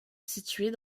située